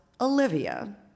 Olivia